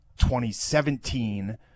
2017